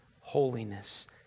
holiness